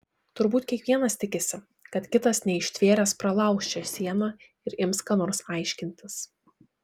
turbūt kiekvienas tikisi kad kitas neištvėręs pralauš šią sieną ir ims ką nors aiškintis